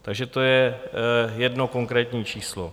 Takže to je jedno konkrétní číslo.